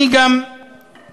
אני גם רוצה,